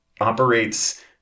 operates